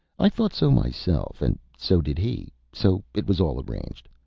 i thought so myself, and so did he, so it was all arranged.